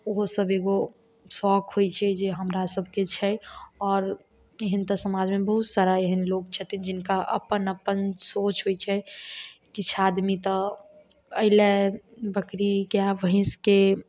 ओहोसभ एगो सौख होइ छै जे हमरासभकेँ छै आओर एहन तऽ समाजमे बहुत सारा एहन लोक छथिन जिनका अपन अपन सोच होइ छै किछु आदमी तऽ एहिले बकरीके आओर भैँसके